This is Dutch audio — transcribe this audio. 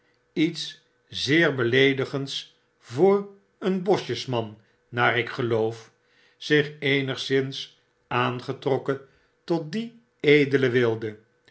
iets zeer beleedigen'ds voor een bosjesman naar ik geloof zich eenigszins aangetrokken tot dien edelen wilde